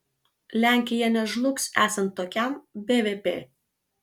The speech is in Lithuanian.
lenkija nežlugs esant tokiam bvp